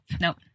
Nope